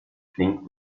flink